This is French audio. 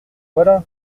voilà